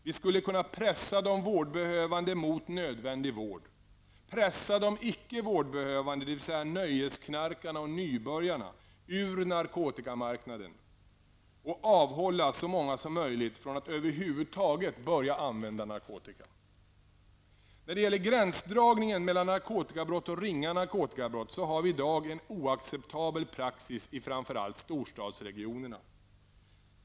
Vi skulle kunna pressa de vårdbehövande mot nödvändig vård, pressa de icke vårdbehövande, dvs. nöjesknarkarna och nybörjarna, ur narkotikamarknaden och avhålla så många som möjligt från att över huvud taget börja använda narkotika. När det gäller gränsdragningen mellan narkotikabrott och ringa narkotikabrott har vi i dag en oacceptabel praxis i framför allt storstadsregionerna.